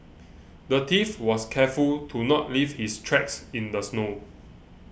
the thief was careful to not leave his tracks in the snow